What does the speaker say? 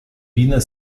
wiener